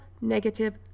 negative